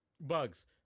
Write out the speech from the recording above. Bugs